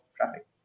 traffic